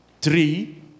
Three